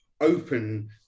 open